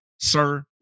sir